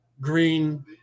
green